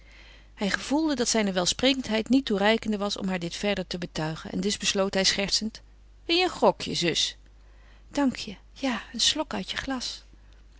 hij gevoelde dat zijne welsprekendheid niet toereikende was om haar dit verder te betuigen en dus besloot hij schertsend wil je een grogje zus dank je ja een slok uit je glas